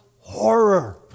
horror